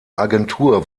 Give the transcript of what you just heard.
agentur